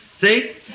See